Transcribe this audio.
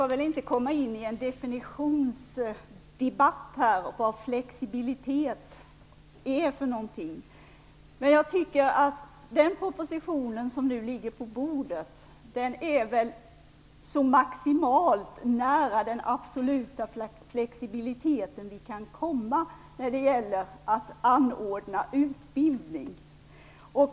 Fru talman! Vi skall inte här ge oss in i en definitionsdebatt om vad flexibilitet är för någonting. Den proposition som nu ligger på bordet är så maximalt nära den absoluta flexibiliteten vi kan komma när det gäller att anordna utbildning.